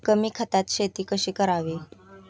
कमी खतात शेती कशी करावी?